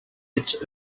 its